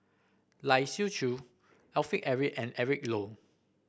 Lai Siu Chiu Alfred Eric and Eric Low